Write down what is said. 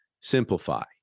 simplify